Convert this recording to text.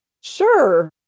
Sure